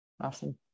Awesome